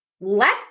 let